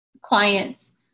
clients